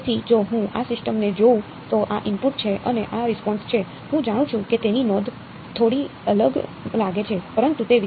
તેથી જો હું આ સિસ્ટમ ને જોઉં તો આ ઇનપુટ છે અને આ રિસ્પોન્સ છે હું જાણું છું કે તેની નોંધ થોડી અલગ લાગે છે પરંતુ તે